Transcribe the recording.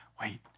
Wait